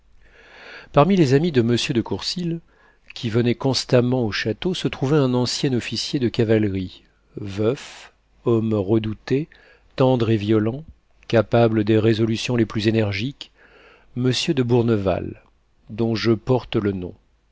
parmi les amis de m de courcils qui venaient constamment au château se trouvait un ancien officier de cavalerie veuf homme redouté tendre et violent capable des résolutions les plus énergiques m de bourneval dont je porte le nom